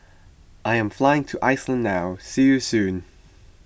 I am flying to Iceland now see you soon